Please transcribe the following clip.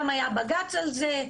גם היה בג"ץ על זה.